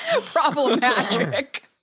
Problematic